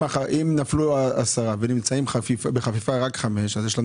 אם נפלו עשרה ונמצאים בחפיפה רק חמישה אז יש לנו